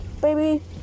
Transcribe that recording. baby